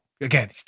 again